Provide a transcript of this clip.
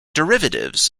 derivatives